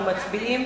אנחנו מצביעים.